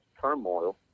turmoil